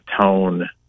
tone